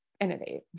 innovate